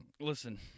Listen